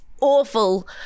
awful